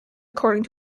according